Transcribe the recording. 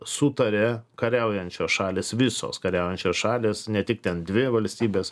sutarė kariaujančios šalys visos kariaujančios šalys ne tik ten dvi valstybės